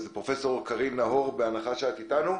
פרופ' קרין נהון, בבקשה.